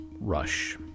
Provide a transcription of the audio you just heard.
rush